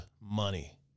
money